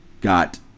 got